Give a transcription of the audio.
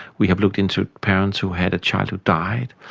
we have looked into parents who had a child who died,